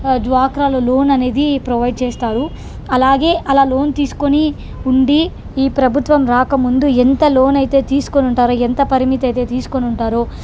డ్వాక్రాలో loan అనేది provide చేస్తారు అలాగే అలా లోన్ తీసుకొని ఉండి ఈ ప్రభుత్వం రాకముందు ఎంత లోన్ అయితే తీసుకొని ఉంటారో ఎంత పరిమితి అయితే తీసుకొని ఉంటారో